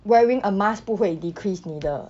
wearing a mask 不会 decrease 你的